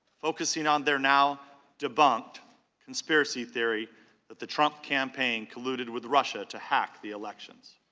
focusing on there now debunked conspiracy theory that the trump campaign colluded with russia to hack the election.